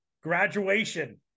graduation